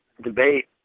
debate